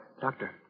doctor